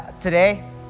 today